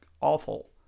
awful